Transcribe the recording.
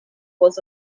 was